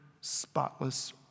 spotless